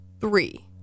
three